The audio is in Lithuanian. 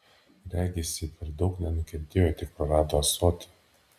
regis ji per daug nenukentėjo tik prarado ąsotį